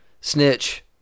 snitch